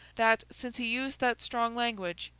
that since he used that strong language,